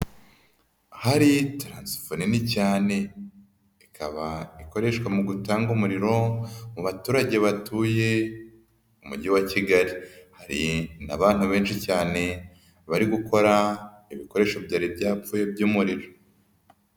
Ahari taransifo nini cyane ikaba ikoreshwa mu gutanga umuriro mu baturage batuye mu mujyi wa Kigali, hari n'abantu benshi cyane bari gukora ibikoresho byari byapfuye by'umuriro.